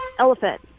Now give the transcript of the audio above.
Elephant